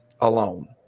alone